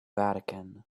vatican